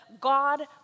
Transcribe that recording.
God